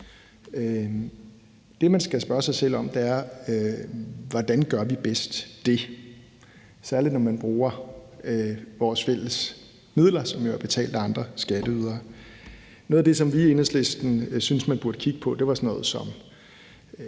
Det, man skal spørge sig selv om, er, hvordan vi bedst gør det, særlig når man bruger vores fælles midler, som jo er betalt af andre skatteydere. Noget af det, som vi i Enhedslisten synes at man burde kigge på, er sådan noget som